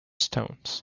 stones